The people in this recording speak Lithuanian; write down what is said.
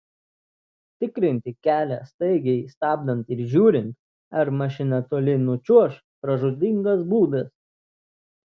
tikrinti kelią staigiai stabdant ir žiūrint ar mašina toli nučiuoš pražūtingas būdas